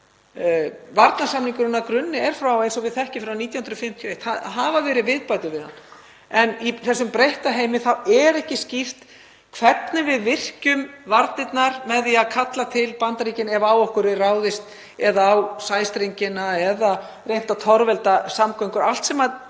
Varnarsamningurinn er að grunni til eins og við þekkjum frá 1951. Það hafa verið viðbætur við hann, en í þessum breytta heimi er ekki skýrt hvernig við virkjum varnirnar með því að kalla til Bandaríkin ef á okkur er ráðist eða á sæstrengina eða reynt að torvelda samgöngur,